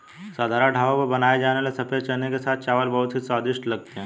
साधारण ढाबों पर बनाए जाने वाले सफेद चने के साथ चावल बहुत ही स्वादिष्ट लगते हैं